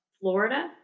Florida